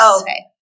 Okay